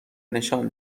نشان